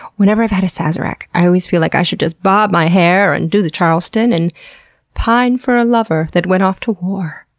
whenever i've had a sazerac, i always feel like i should just bob my hair and do the charleston and pine for a lover that went off to war.